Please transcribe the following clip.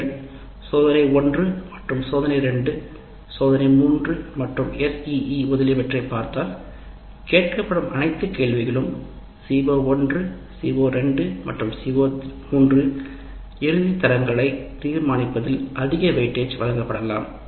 நீங்கள் சோதனை 1 மற்றும் சோதனை 2 சோதனை 3 மற்றும் முதலியவற்றைக் காண்க பார்த்தால் கேட்கப்படும் அனைத்து கேள்விகளுக்கும் CO1 CO2 மற்றும் CO3 இறுதி தரங்களை தீர்மானிப்பதில் அதிக வெயிட்டேஜ் வழங்கப்படலாம்